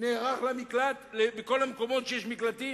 נערך בכל המקומות שיש מקלטים?